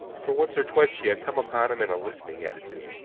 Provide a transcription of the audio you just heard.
for once or twice she had come upon him in a listening attitude.